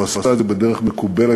הוא עשה את זה בדרך מקובלת,